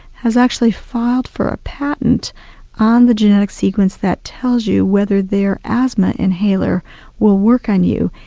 has actually filed for a patent on the genetic sequence that tells you whether their asthma inhaler will work on you.